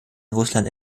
russland